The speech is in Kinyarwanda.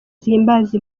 zihimbaza